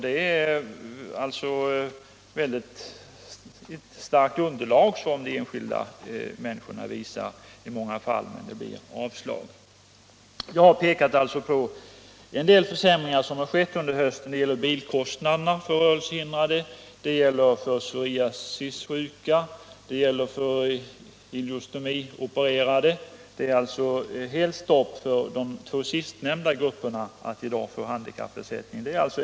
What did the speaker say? Det är ett starkt underlag som de enskilda människorna visar i många fall när det ändå blir avslag. Jag har alltså pekat på en del försämringar som har skett under hösten. Det gäller bilkostnaderna för rörelsehindrade, det gäller psoriasissjuka och ileostomiopererade. Det är helt stopp för de två sistnämnda grupperna i fråga om handikappersättning.